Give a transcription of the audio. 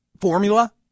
formula